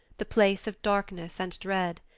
the place of darkness and dread.